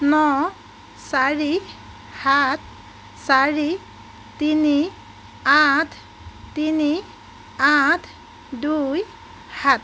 ন চাৰি সাত চাৰি তিনি আঠ তিনি আঠ দুই সাত